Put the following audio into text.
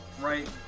right